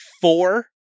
four